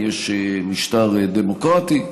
יש משטר דמוקרטי,